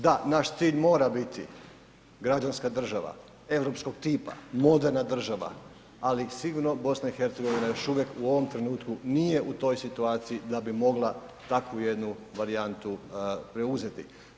Da, naš cilj mora biti građanska država europskog tipa, moderna država ali sigurno BiH još uvijek u ovom trenutku nije u toj situaciji da bi mogla takvu jednu varijantu preuzeti.